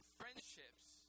friendships